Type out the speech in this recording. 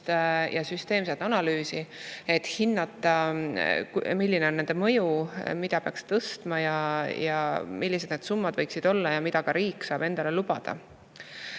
ja süsteemset analüüsi, et hinnata, milline on nende mõju, mida peaks tõstma ja millised need summad võiksid olla ja mida riik saab endale lubada.